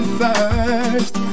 first